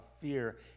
fear